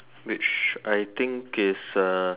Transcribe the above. which I think is uh